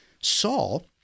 Saul